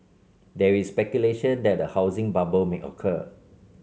there is speculation that a housing bubble may occur